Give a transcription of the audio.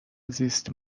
زیست